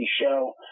show